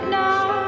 now